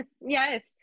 Yes